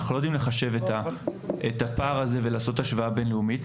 אנחנו לא יודעים לחשב את הפער הזה ולעשות השוואה בינלאומית.